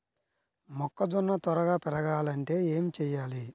మొక్కజోన్న త్వరగా పెరగాలంటే ఏమి చెయ్యాలి?